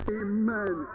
amen